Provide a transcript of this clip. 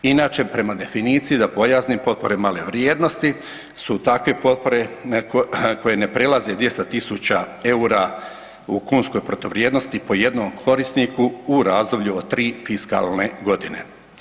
Inače prema definiciji da pojasnim, potpore male vrijednosti su takve potpore koje ne prelaze 200 000 eura u kunskoj protuvrijednosti po jednom korisniku u razdoblju od tri fiskalne godine.